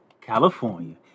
California